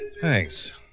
Thanks